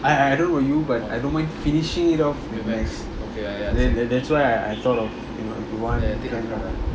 I I don't know you but I don't mind finishing it off with macs that's why I I thought of you know if you want